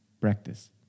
Practice